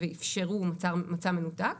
ואפשרו מצע מנותק.